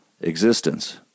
existence